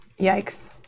Yikes